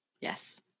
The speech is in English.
Yes